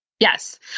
Yes